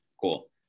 Cool